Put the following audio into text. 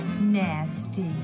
Nasty